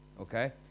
okay